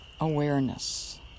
awareness